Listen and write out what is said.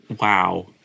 Wow